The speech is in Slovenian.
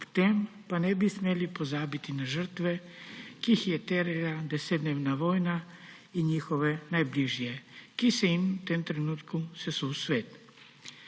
Ob tem pa ne bi smeli pozabiti na žrtve, ki jih je terjala desetdnevna vojna, in njihove najbližje, ki se jim je v tistem trenutku sesul svet.